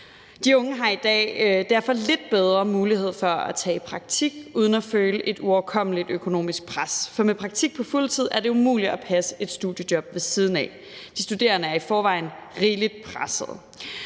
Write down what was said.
De unge har i dag derfor lidt bedre mulighed for at tage i praktik uden at føle et uoverkommeligt økonomisk pres, for med praktik på fuld tid er det umuligt at passe et studiejob ved siden af. De studerende er i forvejen rigeligt pressede,